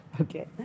Okay